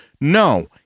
No